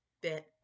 bit